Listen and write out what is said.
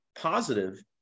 positive